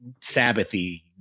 Sabbathy